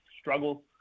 struggle